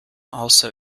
also